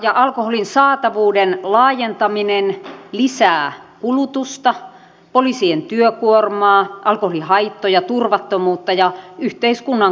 alkoholin saatavuuden laajentaminen lisää kulutusta poliisien työkuormaa alkoholihaittoja turvattomuutta ja yhteiskunnan kustannuksia